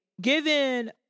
given